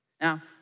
Now